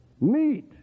meet